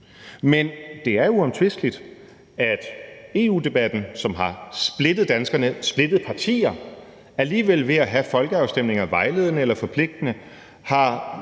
Men det er uomtvisteligt, at EU-debatten – som har splittet danskerne, splittet partier – alligevel ved at have folkeafstemninger, vejledende eller forpligtende,